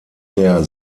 der